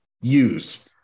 use